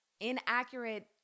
inaccurate